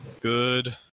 Good